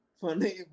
funny